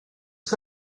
que